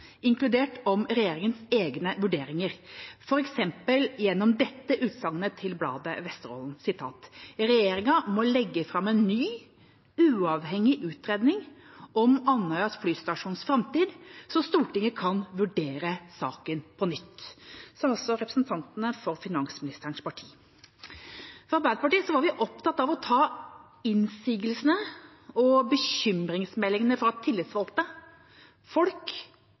inkludert om regjeringas egne vurderinger, f.eks. gjennom dette utsagnet til bladet Vesterålen: «Regjeringen må legge fram en ny, uavhengig utredning om Andøya flystasjons framtid så Stortinget kan vurdere saken på nytt.» Det sa altså representantene for finansministerens parti. Fra Arbeiderpartiet var vi opptatt av å ta innsigelsene og bekymringsmeldingene fra tillitsvalgte, folk